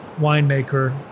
winemaker